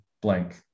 blank